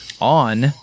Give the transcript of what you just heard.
on